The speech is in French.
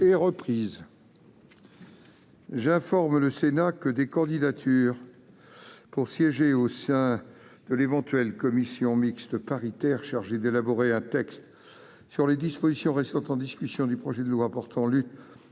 est reprise. J'informe le Sénat que des candidatures pour siéger au sein de l'éventuelle commission mixte paritaire chargée d'élaborer un texte sur les dispositions restant en discussion du projet de loi portant lutte